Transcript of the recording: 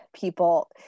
people